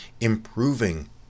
improving